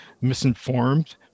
misinformed